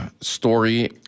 story